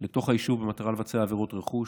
לתוך היישוב במטרה לבצע עבירות רכוש.